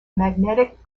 magnetic